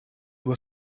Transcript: were